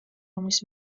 რომლის